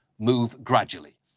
move gradually.